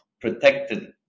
protected